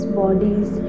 bodies